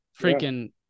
freaking